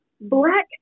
Black